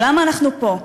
למה אנחנו פה?